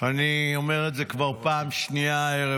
אני אומר את זה כבר פעם שנייה הערב,